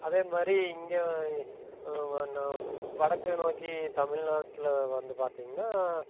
அதே மாதிரி இங்கே வடக்கே நோக்கி தமிழ்நாட்டில் வந்து பார்த்திங்கன்னா